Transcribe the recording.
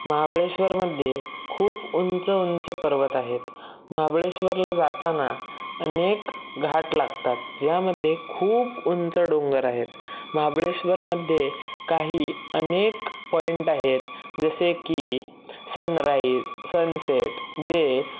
महाबळेश्वरमध्ये खूप उंच उंच पर्वत आहेत महाबळेश्वरला जाताना अनेक घाट लागतात ज्यामध्ये खूप उंच डोंगर आहेत महाबळेश्वरमध्ये काही अनेक पॉईंट आहेत जसे की सनराइज सनसेट जे